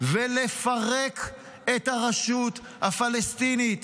ולפרק את הרשות הפלסטינית,